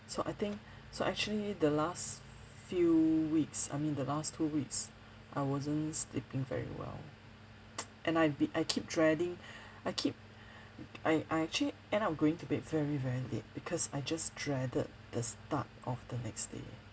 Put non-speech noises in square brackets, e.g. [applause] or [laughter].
so I think so actually the last few weeks I mean the last two weeks I wasn't sleeping very well [breath] and I'd be I keep dreading I keep I I actually end up going to bed very very late because I just dreaded the start of the next day